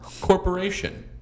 Corporation